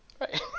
Right